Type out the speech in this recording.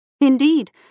Indeed